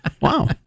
Wow